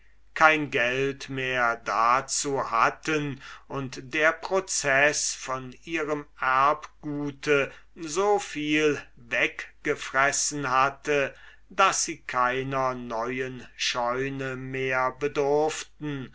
kein geld mehr dazu hatten und der proceß von ihrem erbgut so viel weggefressen hatte daß sie keiner neuen scheune mehr bedurften